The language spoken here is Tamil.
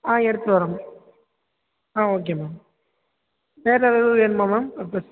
ஆ எடுத்துகிட்டு வரேன் மேம் ஆ ஓகே மேம் வேறு எதாவது வேணுமா மேம் பர்ப்பஸ்